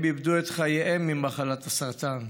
הם איבדו את חייהם ממחלת הסרטן.